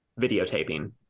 videotaping